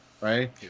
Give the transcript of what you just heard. right